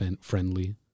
friendly